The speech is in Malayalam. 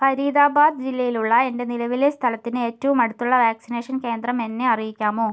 ഫരീദാബാദ് ജില്ലയിലുള്ള എൻ്റെ നിലവിലെ സ്ഥലത്തിന് ഏറ്റവും അടുത്തുള്ള വാക്സിനേഷൻ കേന്ദ്രം എന്നെ അറിയിക്കാമോ